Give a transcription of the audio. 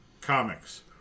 comics